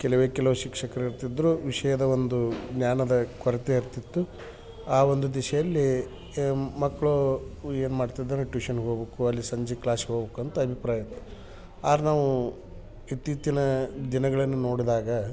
ಕೆಲವೇ ಕೆಲವು ಶಿಕ್ಷಕರು ಇರ್ತಿದ್ದರು ವಿಷಯದ ಒಂದು ಜ್ಞಾನದ ಕೊರತೆ ಇರ್ತಿತ್ತು ಆ ಒಂದು ದೆಸೆಯಲ್ಲಿ ಏ ಮಕ್ಕಳು ಏನು ಮಾಡ್ತಿದ್ದಾರೆ ಟ್ಯೂಷನ್ಗೆ ಹೋಗ್ಬಕು ಅಲ್ಲಿ ಸಂಜೆ ಕ್ಲಾಸಿಗೆ ಹೋಗ್ಬೇಕಂತ ಅಭಿಪ್ರಾಯ ಇತ್ತು ಆರ್ ನಾವು ಇತ್ತೀಚಿನ ದಿನಗಳನ್ನು ನೋಡ್ದಾಗ